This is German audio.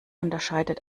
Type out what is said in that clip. unterscheidet